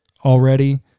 already